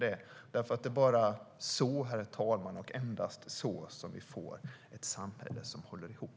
Det är så, herr talman, och endast så som vi får ett samhälle som håller ihop.